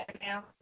now